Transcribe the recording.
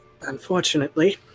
Unfortunately